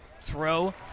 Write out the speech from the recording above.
Throw